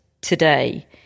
today